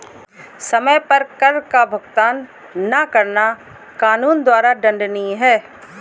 समय पर कर का भुगतान न करना कानून द्वारा दंडनीय है